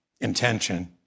intention